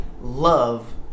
love